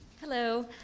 Hello